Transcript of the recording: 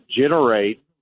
generate